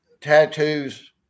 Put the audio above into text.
tattoos